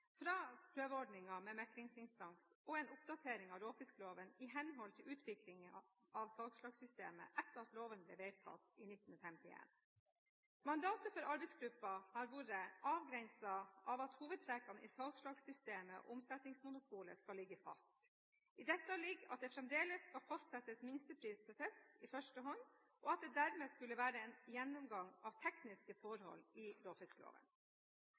fra prøveordningen med meklingsinstans og en oppdatering av råfiskloven i henhold til utviklingen av salgslagssystemet etter at loven ble vedtatt i 1951. Mandatet for arbeidsgruppen har vært avgrenset av at hovedtrekkene i salgslagssystemet og omsettingsmonopolet skal ligge fast. I dette ligger at det fremdeles skal fastsettes minstepris for fisk i første hånd, og at dette dermed skulle være en gjennomgang av tekniske forhold i